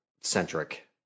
Centric